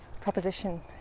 proposition